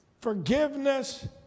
forgiveness